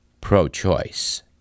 pro-choice